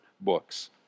books